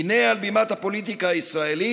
הינה, על בימת הפוליטיקה הישראלית